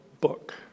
book